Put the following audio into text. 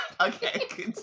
Okay